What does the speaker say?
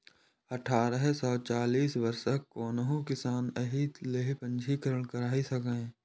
अठारह सं चालीस वर्षक कोनो किसान एहि लेल पंजीकरण करा सकैए